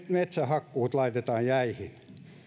metsähakkuut laitetaan jäihin